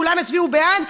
כולם יצביעו בעד,